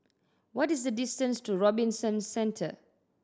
what is the distance to Robinson Centre